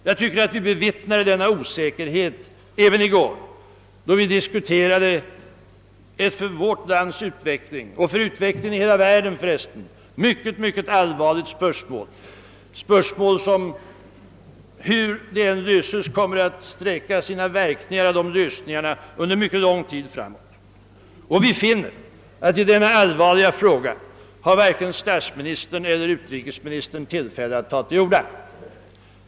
Jag tycker att vi bevittnade denna osäkerhet även i går, då vi diskuterade ett för vårt lands utveckling och för utvecklingen i hela världen mycket allvarligt spörsmål, som, hur det än löses, kommer att sträcka sina verkningar långt framåt i tiden. I denna allvarliga fråga hade varken statsministern eller utrikesministern tillfälle att ta till orda.